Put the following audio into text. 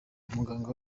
umuganga